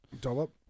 Dollop